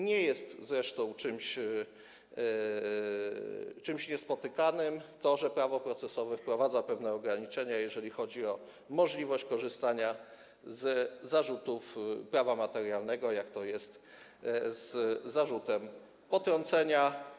Nie jest zresztą czymś niespotykanym to, że prawo procesowe wprowadza pewne ograniczenia, jeżeli chodzi o możliwość korzystania z zarzutów prawa materialnego, tak jak to jest z zarzutem potrącenia.